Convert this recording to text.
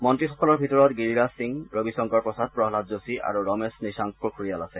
মন্ত্ৰীসকলৰ ভিতৰত গিৰিৰাজ সিং ৰবি শংকৰ প্ৰসাদ প্ৰহ্লাদ যোশী আৰু ৰমেশ নিশাংক পোখৰিয়াল আছে